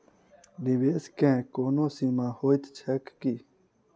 निवेश केँ कोनो सीमा होइत छैक की?